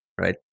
Right